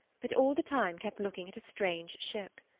but all the time kept looking at a strange ship.